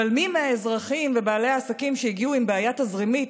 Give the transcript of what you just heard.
אבל מי מהאזרחים ובעלי העסקים שהגיעו עם בעיה תזרימית,